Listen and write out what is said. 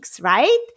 right